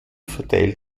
verteilt